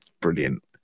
brilliant